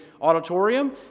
auditorium